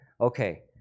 Okay